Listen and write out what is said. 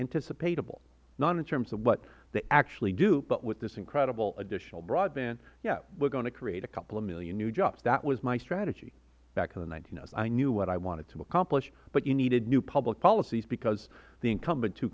anticipatable not in terms of what they actually do but with this incredible additional broadband yeah we are going to create a couple of million new jobs that was my strategy back in the s i knew what i wanted to accomplish but you needed new public policies because the incumbent two